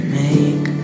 make